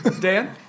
Dan